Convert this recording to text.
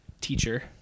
teacher